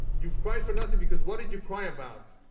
you've cried for nothing, because what did you cry about?